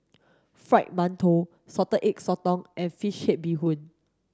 fried mantou salted egg sotong and fish head bee hoon